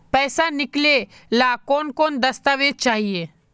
पैसा निकले ला कौन कौन दस्तावेज चाहिए?